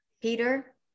Peter